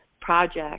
project